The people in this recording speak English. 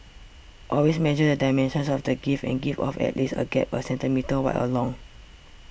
always measure the dimensions of the gift and give off at least a gap a centimetre wide or long